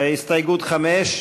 הסתייגות 5?